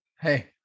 Hey